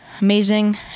amazing